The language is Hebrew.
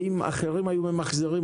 ואם אחרים היו ממחזרים,